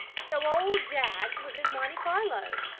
so old jaggs was in monte carlo!